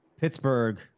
Pittsburgh